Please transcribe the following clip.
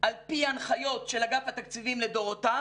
על פי הנחיות של אגף התקציבים לדורותיו